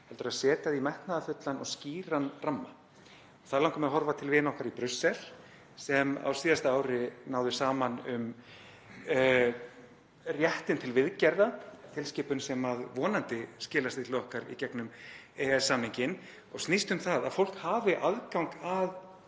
heldur að setja það í metnaðarfullan og skýran ramma. Þar langar mig að horfa til vina okkar í Brussel sem á síðasta ári náðu saman um réttinn til viðgerða, tilskipun sem vonandi skilar sér til okkar í gegnum EES-samninginn og snýst um það að fólk hafi aðgang að